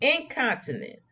incontinent